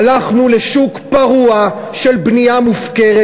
הלכנו לשוק פרוע של בנייה מופקרת,